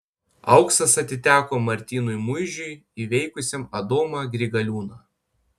auksas atiteko martynui muižiui įveikusiam adomą grigaliūną